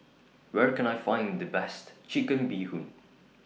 Where Can I Find The Best Chicken Bee Hoon